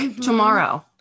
tomorrow